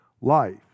life